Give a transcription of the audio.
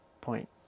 Point